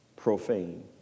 Profane